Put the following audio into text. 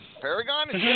Paragon